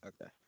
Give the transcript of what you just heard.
Okay